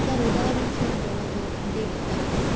যার উদাহরণস্বরূপ বলা যায় দেবদাস